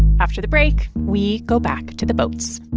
after the break, we go back to the boats